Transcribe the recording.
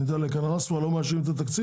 אני יודע שלקלנסואה לא מאשרים את התקציב.